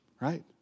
right